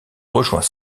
rejoint